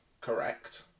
correct